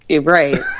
right